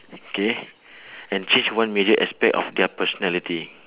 K and change one major aspect of their personality